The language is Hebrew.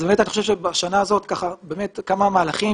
אני חושב שבשנה הזאת נעשו כמה מהלכים